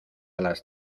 las